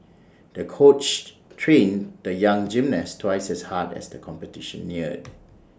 the coach trained the young gymnast twice as hard as the competition neared